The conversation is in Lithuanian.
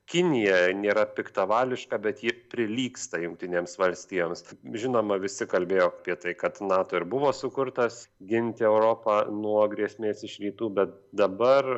kinija nėra piktavališka bet ji prilygsta jungtinėms valstijoms žinoma visi kalbėjo apie tai kad nato ir buvo sukurtas ginti europą nuo grėsmės iš rytų bet dabar